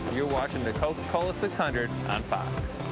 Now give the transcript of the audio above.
you are watching the coca-cola six hundred on fox